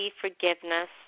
forgiveness